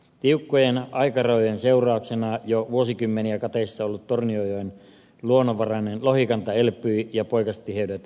tiukkojen aikarajojen seurauksena jo vuosikymmeniä kateissa ollut tornionjoen luonnonvarainen lohikanta elpyi ja poikastiheydet kymmenkertaistuivat